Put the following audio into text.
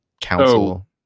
council